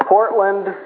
Portland